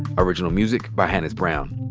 original music by hannis brown.